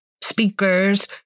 speakers